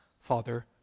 Father